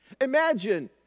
Imagine